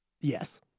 Yes